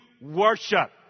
worship